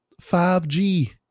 5G